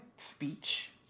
speech